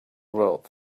world